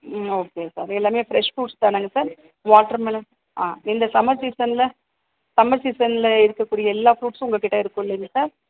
ம் okay sir எல்லாமே fresh fruits தானங்க சார் வாட்டர் மெலன் ஆ இந்த சம்மர் சீசனில் சம்மர் சீசனில் இருக்கக்கூடிய எல்லா ஃபுரூட்ஸும் உங்கள் கிட்ட இருக்கும் இல்லிங்க சார்